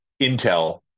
intel